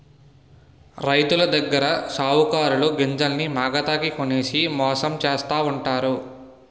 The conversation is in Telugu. రైతులదగ్గర సావుకారులు గింజల్ని మాగతాకి కొనేసి మోసం చేస్తావుంటారు